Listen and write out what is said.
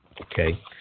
Okay